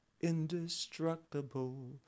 indestructible